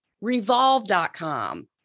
Revolve.com